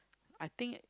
I think